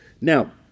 Now